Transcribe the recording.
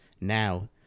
now